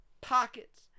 Pockets